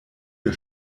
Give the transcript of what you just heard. wir